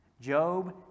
Job